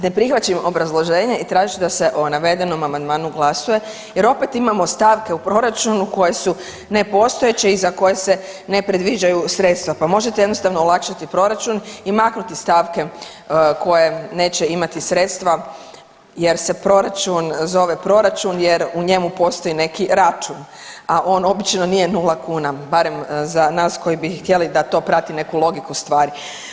Ne prihvaćam obrazloženje i tražit ću da se o navedenom amandmanu glasuje jer opet imamo stavke u proračunu koje su nepostojeće i za koje se ne predviđaju sredstva, pa možete jednostavno olakšati proračun i maknuti stavke koje neće imati sredstva jer se proračun zove proračun jer u njemu postoji neki račun, a on obično nije 0 kuna, barem za nas koji bi htjeli da to prati neku logiku stvari.